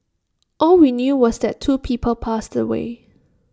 all we knew was that two people passed away